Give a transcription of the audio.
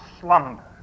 slumber